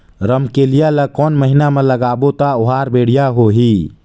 रमकेलिया ला कोन महीना मा लगाबो ता ओहार बेडिया होही?